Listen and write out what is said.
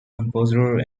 composer